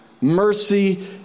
Mercy